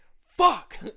Fuck